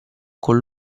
con